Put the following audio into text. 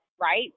right